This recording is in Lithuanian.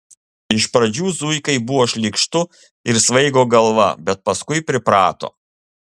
iš pradžių zuikai buvo šlykštu ir svaigo galva bet paskui priprato